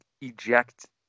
eject